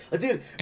dude